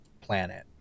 planet